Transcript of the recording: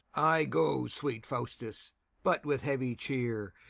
i go, sweet faustus but with heavy cheer,